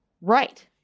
Right